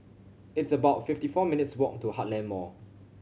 it's about fifty four minutes' walk to Heartland Mall